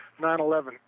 9-11